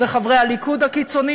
וחברי הליכוד הקיצונים,